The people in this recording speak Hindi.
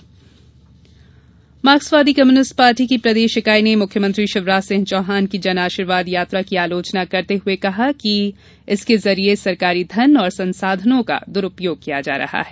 आरोप मार्क्सवादी कम्युनिस्ट पार्टी की प्रदेश इकाई ने मुख्यमंत्री शिवराज सिंह चौहान की जनआशीर्वाद यात्रा की आलोचना करते हुए आज कहा कि इसके जरिये सरकारी धन और संसाधनों को दुरूयोग किया जा रहा है